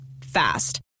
fast